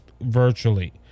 virtually